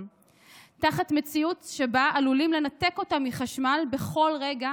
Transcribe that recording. תחת מציאות שבה עלולים לנתק אותם מחשמל בכל רגע